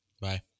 Bye